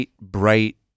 bright